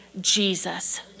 Jesus